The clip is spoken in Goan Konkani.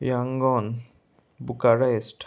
र्यागोन बुकारेस्ट